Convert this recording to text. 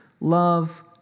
Love